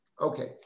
Okay